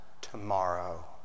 tomorrow